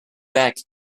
back